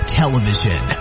television